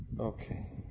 Okay